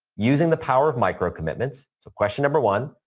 using the power of micro commitments so, question number one,